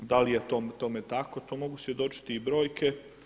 Da li je tome tako to mogu svjedočiti i brojke.